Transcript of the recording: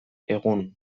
egun